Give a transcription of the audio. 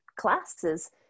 classes